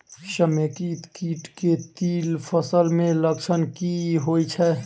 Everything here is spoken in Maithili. समेकित कीट केँ तिल फसल मे लक्षण की होइ छै?